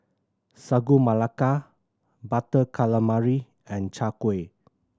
Sagu Melaka Butter Calamari and Chai Kueh